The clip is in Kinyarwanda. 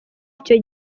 icyo